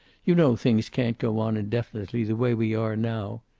you know things can't go on indefinitely, the way we are now.